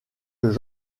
jean